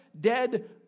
dead